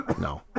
no